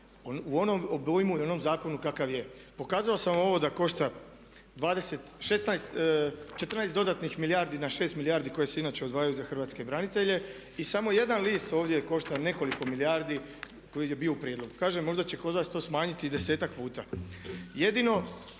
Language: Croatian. u onom obujmu i onom zakonu kakav je. Pokazao sam ovo da košta 14 dodatnih milijardi na 6 milijardi koje se inače odvajaju za hrvatske branitelje. I samo jedan list ovdje košta nekoliko milijardi koji je bio u prijedlogu. Kažem možda će kod vas to smanjiti i 10-ak puta. Jedino